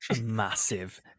massive